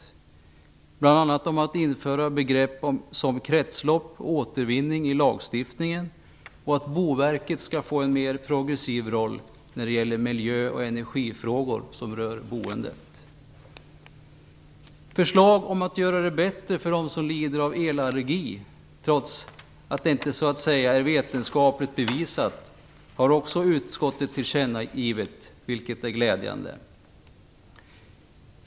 Vi vill bl.a. införa sådana begrepp som kretslopp och återvinning i lagstiftningen och att Boverket skall få en mer progressiv roll när det gäller miljöoch energifrågor som rör boendet. Utskottet har också tillkännagivit förslag om att göra det bättre för dem som lider av elallergi, trots att det inte är vetenskapligt bevisat, vilket är glädjande.